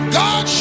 god